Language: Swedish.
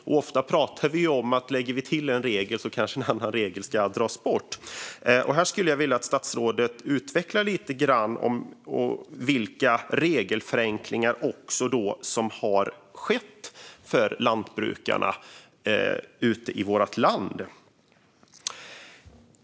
Ofta talar vi om att för varje ny regel vi lägger till ska någon annan regel tas bort. Här skulle jag vilja att statsrådet utvecklar lite grann vilka regelförenklingar som har skett för lantbrukarna i vårt land.